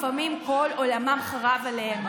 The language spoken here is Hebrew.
לפעמים כל עולמם חרב עליהם.